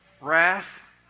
wrath